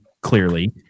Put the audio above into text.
clearly